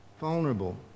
vulnerable